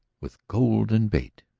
with golden bait,